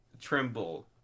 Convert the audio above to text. tremble